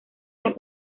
las